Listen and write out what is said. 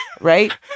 right